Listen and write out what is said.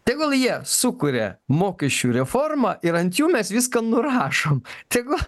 tegul jie sukuria mokesčių reformą ir ant jų mes viską nurašom tegu